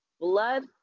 blood